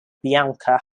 bianca